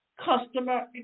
customer